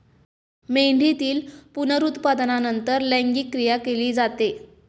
मेंढीतील पुनरुत्पादनानंतर लैंगिक क्रिया केली जाते